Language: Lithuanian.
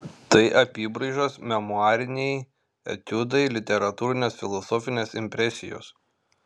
tai apybraižos memuariniai etiudai literatūrinės filosofinės impresijos